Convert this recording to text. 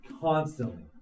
constantly